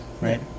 right